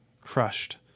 crushed